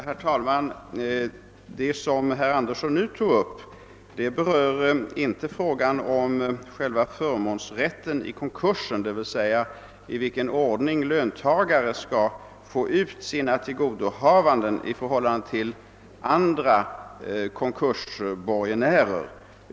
Herr talman! Vad herr Andersson i Örebro nu tog upp berör inte frågan om själva förmånsrätten i konkurs, d.v.s. i vilken ordning löntagare skall få ut sina tillgodohavanden i förhållande till andra konkursborgenärer.